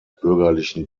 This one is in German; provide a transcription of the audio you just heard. bürgerlichen